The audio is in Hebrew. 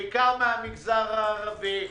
בעיקר מהמגזר הערבי והחרדי,